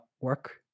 work